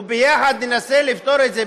ויחד ננסה לפתור את זה,